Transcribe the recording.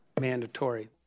Mandatory